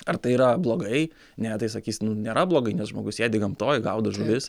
ar tai yra blogai ne tai sakys nu nėra blogai nes žmogus sėdi gamtoj gaudo žuvis